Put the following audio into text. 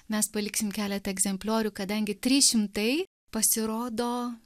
mes paliksim keletą egzempliorių kadangi trys šimtai pasirodo